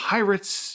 Pirates